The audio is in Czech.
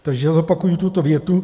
Takže zopakuji tuto větu.